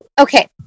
okay